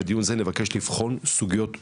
בדיון הזה נבקש לבחון סוגיות שונות,